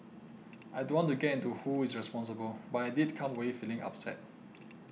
I don't want to get into who is responsible but I did come away feeling upset